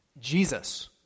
Jesus